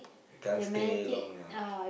can't stay long ya